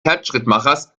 herzschrittmachers